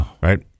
right